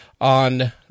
on